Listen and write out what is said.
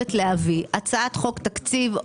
מחויבת להביא הצעת חוק תקציב,